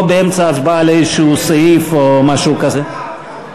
לא באמצע הצבעה על איזשהו סעיף או משהו כזה.